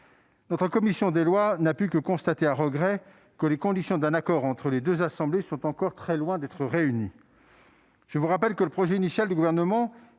La commission des lois n'a pu que constater, à regret, que les conditions d'un accord entre les deux assemblées sont encore très loin d'être réunies. Je vous rappelle que le projet initial du Gouvernement,